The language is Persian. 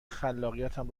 خلاقیتم